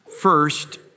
first